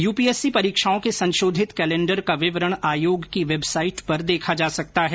UPSC परीक्षाओं के संशोधित कैलेंडर का विवरण आयोग की वेबसाइट पर देखा जा सकता है